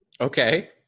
Okay